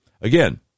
Again